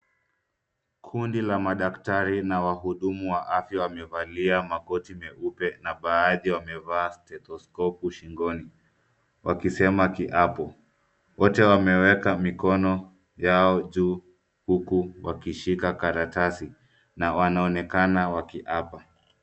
Kundi la madaktari ma wahudumu wa afya wamevalia makoti meupe na baadhi mawevaa stetoskopu shingoni wakisema kiapo. Wote wameweka mikono yao juu huku wakishika karatasi na wanaonekana wakiapa.